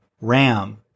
RAM